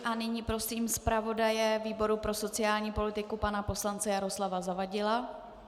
A nyní prosím zpravodaje výboru pro sociální politiku, pana poslance Jaroslava Zavadila.